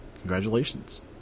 Congratulations